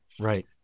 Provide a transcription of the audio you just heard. Right